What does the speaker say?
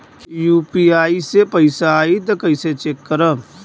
UPI से पैसा आई त कइसे चेक करब?